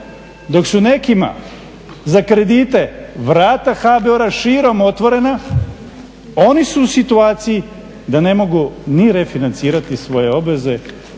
dok su nekima za kredite vrata HBOR-a širom otvorena, oni su u situaciji da ne mogu ni refinancirati svoje obveze